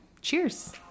cheers